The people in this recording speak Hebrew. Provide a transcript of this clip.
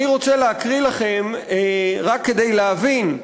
אני רוצה להקריא לכם, רק כדי להבין,